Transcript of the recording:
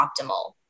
optimal